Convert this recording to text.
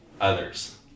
others